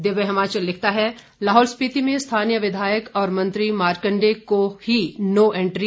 दिव्य हिमाचल लिखता है लाहुल स्पीति में स्थानीय विधायक और मंत्री मार्कंडेय को ही नो एंट्री